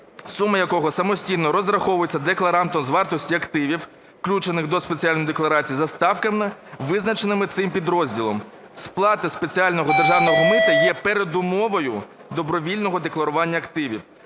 сума якого самостійно розраховується декларантом з вартості активів, включених до спеціальної декларації, за ставками, визначеними цим підрозділом. Сплата спеціального державного мита є передумовою добровільного декларування активів.